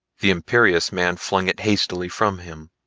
the imperious man flung it hastily from him.